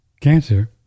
cancer